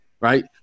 Right